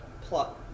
plot